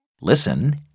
Listen